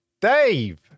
Dave